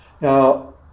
Now